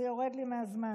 זה יורד לי מהזמן,